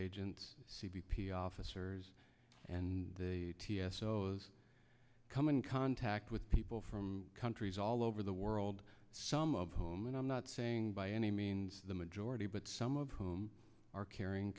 agents c b p officers and the t s o s come in contact with people from countries all over the world some of whom and i'm not saying by any means the majority but some of whom are carrying